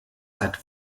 hat